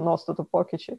nuostatų pokyčiai